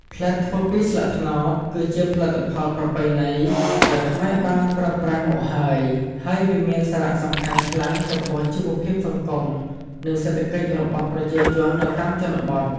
ផ្លិតធ្វើពីស្លឹកត្នោត គឺជាផលិតផលប្រពៃណីដែលខ្មែរបានប្រើប្រាស់មកហើយ ហើយវាមានសារៈសំខាន់ខ្លាំងចំពោះជីវភាពសង្គម និងសេដ្ឋកិច្ចរបស់ប្រជាជននៅតាមជនបទ។